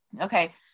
Okay